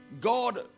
God